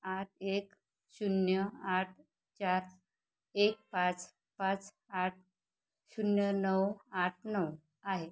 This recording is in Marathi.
आठ एक शून्य आठ चार एक पाच पाच आठ शून्य नऊ आठ नऊ आहे